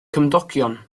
cymdogion